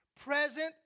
present